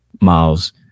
Miles